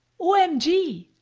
o m g,